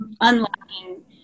unlocking